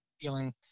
feeling